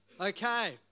Okay